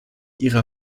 ihrer